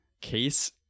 case